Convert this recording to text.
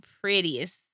prettiest